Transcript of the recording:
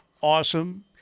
awesome